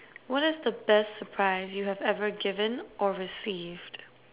what is the best surprise you have ever given or received